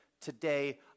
today